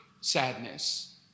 sadness